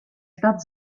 stadt